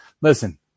Listen